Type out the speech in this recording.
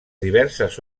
diverses